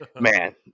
man